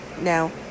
now